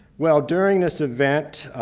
well, during this event,